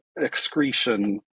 excretion